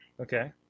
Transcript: Okay